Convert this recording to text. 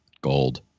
gold